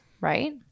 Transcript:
right